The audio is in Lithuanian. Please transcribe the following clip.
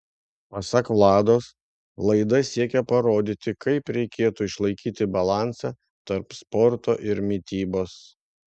pasak vlados laida siekia parodyti kaip reikėtų išlaikyti balansą tarp sporto ir mitybos